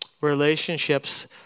relationships